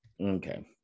Okay